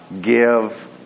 give